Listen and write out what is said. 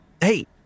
Hey